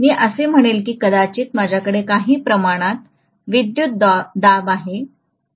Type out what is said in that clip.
मी असे म्हणेल की कदाचित माझ्याकडे काही प्रमाणात विद्युतदाब आहे